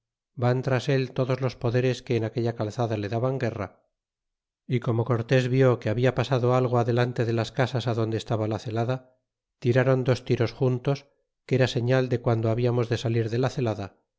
van tras el todos los poderes que en aquella calzada le daban guerra y como cortes vió que habia pasado algo adelante de las casas adonde estaba la celada tiraron dos tiros juntos que era señal de guando hablamos de salir de la celada